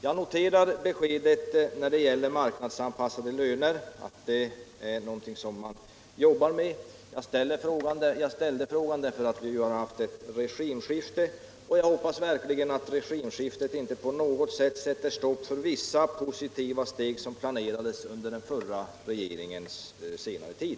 Jag noterar beskedet att man jobbar med frågan om marknadsanpassade löner. Jag ställde frågan därför att vi har haft ett regimskifte, och jag hoppas verkligen att det regimskiftet inte sätter stopp för vissa positiva steg som planerades under den förra regeringens senare tid.